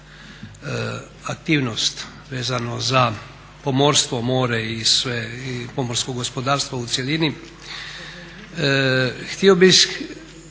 aktivnost vezano za pomorstvo, more i pomorsko gospodarstvo u cjelini.